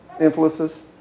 influences